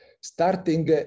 starting